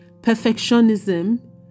perfectionism